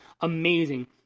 amazing